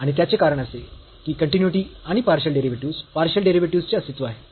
आणि त्याचे कारण असे की कन्टीन्यूइटी आणि पार्शियल डेरिव्हेटिव्हस् पार्शियल डेरिव्हेटिव्ह चे अस्तित्व आहे